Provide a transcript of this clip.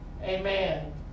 Amen